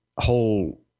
whole